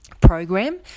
program